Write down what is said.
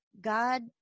God